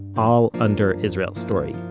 all under israel story.